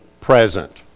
present